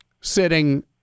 sitting